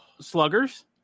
sluggers